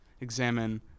examine